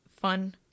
fun